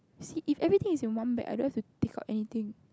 see if everything is in one bag I don't have to take out anything